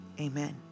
Amen